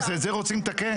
אבל את זה רוצים לתקן.